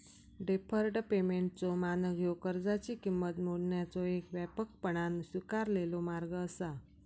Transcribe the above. deferred पेमेंटचो मानक ह्यो कर्जाची किंमत मोजण्याचो येक व्यापकपणान स्वीकारलेलो मार्ग असा